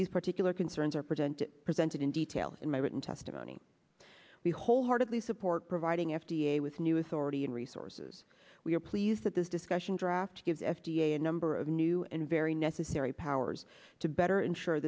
these particular concerns are presented presented in detailed in my written testimony we wholeheartedly support providing f d a with new authority and resources we are pleased that this discussion draft gives f d a a number of new and very necessary powers to better ensure